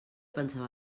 pensava